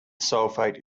sulfate